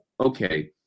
okay